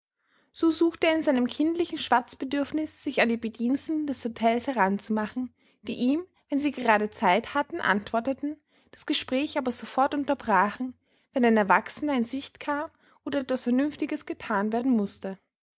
so suchte er in seinem kindlichen schwatzbedürfnis sich an die bediensteten des hotels heranzumachen die ihm wenn sie gerade zeit hatten antworteten das gespräch aber sofort unterbrachen wenn ein erwachsener in sicht kam oder etwas vernünftiges getan werden mußte